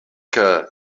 que